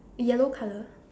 yellow colour